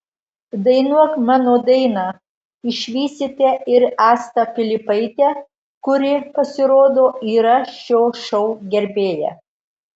dainuok mano dainą išvysite ir astą pilypaitę kuri pasirodo yra šio šou gerbėja